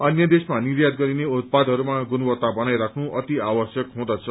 अन्य देशमा निर्यात गरिने उत्पादहरूमा गुणवत्ता बनाइराख्नु अति आवश्यक हुदँछ